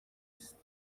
است